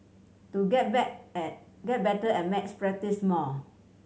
to get bet and get better at maths practice more